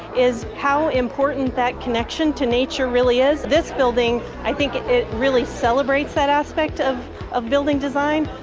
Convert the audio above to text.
is how important that connection to nature really is. this building, i think, it really celebrates that aspect of of building design.